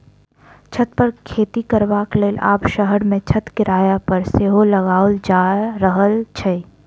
छत पर खेती करबाक लेल आब शहर मे छत किराया पर सेहो लगाओल जा रहल छै